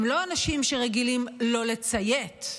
הם לא אנשים שרגילים לא לציית,